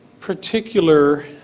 particular